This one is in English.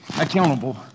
accountable